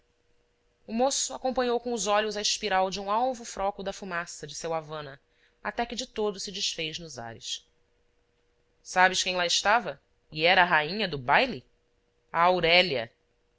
o moço acompanhou com os olhos a espiral de um alvo froco da fumaça de seu havana até que de todo se desfez nos ares sabes quem lá estava e era a rainha do baile a aurélia